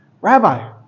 Rabbi